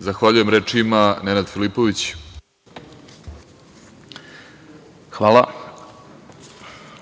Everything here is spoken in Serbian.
Izvolite. **Nenad Filipović** Hvala.